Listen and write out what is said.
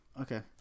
okay